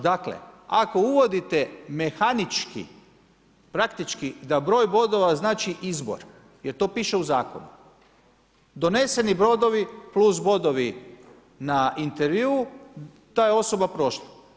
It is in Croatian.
Dakle, ako uvodite mehanički, praktički, da broj bodova znači izbor, jer to piše u zakonu, doneseni bodovi plus bodovi na intervjuu ta je osoba prošla.